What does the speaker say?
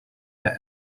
der